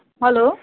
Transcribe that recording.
hello